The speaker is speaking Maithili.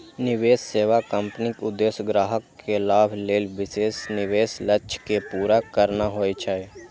निवेश सेवा कंपनीक उद्देश्य ग्राहक के लाभ लेल विशेष निवेश लक्ष्य कें पूरा करना होइ छै